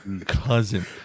Cousin